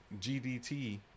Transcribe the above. GDT